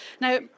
Now